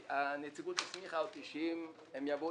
והנציגות הסמיכה אותי לומר שאם הם יבואו